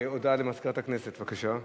הודעה למזכירת הכנסת, בבקשה.